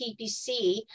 PPC